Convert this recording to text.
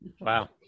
Wow